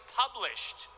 published